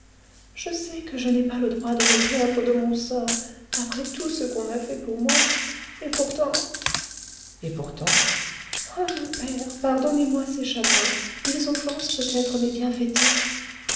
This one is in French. je sais que je n'ai pas le droit de me plaindre de mon sort après tout ce qu'on a fait pour moi et pourtant et pourtant ah mon père pardonnez-moi ces chagrins ils offensent peut-être mes bienfaiteurs